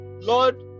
lord